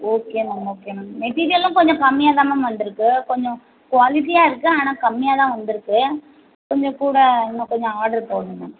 okay ma'am okay ma'am மெட்டீரியெல்லாம் கொஞ்சம் கம்மியாகதான் மேம் வந்திருக்கு கொஞ்சம் குவாலிட்டியாக இருக்குது ஆனால் கம்மியாகதான் வந்திருக்கு கொஞ்சம் கூட இன்னும் கொஞ்சம் ஆட்ரு போடணும் மேம்